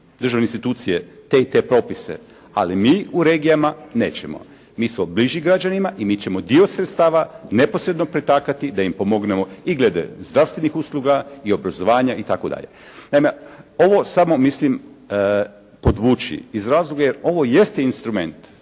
državne institucije, te i te propise, ali mi u regijama nećemo. Mi smo bliži građanima i mi ćemo dio sredstava neposredno pretakati da im pomognemo i glede zdravstvenih usluga i obrazovanja itd. Naime, ovo samo mislim podvući iz razloga jer ovo jeste instrument